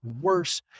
worse